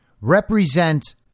represent